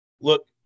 look –